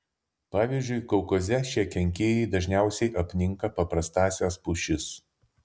pavyzdžiui kaukaze šie kenkėjai dažniausiai apninka paprastąsias pušis